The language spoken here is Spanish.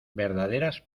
verdaderas